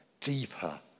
deeper